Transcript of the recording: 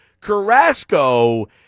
Carrasco